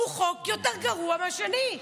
הוא חוק יותר גרוע מהשני.